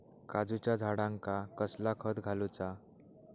काजूच्या झाडांका कसला खत घालूचा?